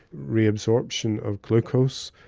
reabsorption of glucose,